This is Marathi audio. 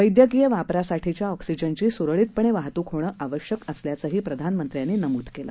वैद्यकीय वापरासाठीच्या ऑक्सिजनची सुरळितपणे वाहतूक होणं आवश्यक असल्याचंही प्रधानमंत्र्यांनी नमूद केलं